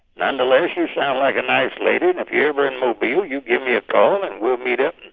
nonetheless, you sound like a nice lady. and if you're ever in mobile, you you give me a call. and we'll meet up,